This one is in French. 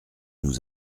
nous